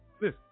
listen